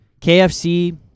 KFC